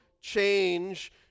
change